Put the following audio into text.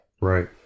Right